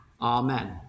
Amen